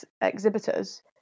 exhibitors